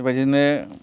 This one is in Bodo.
बेबादिनो